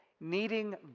needing